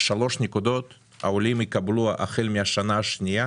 שלוש נקודות, העולים יקבלו החל מהשנה השנייה